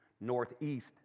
Northeast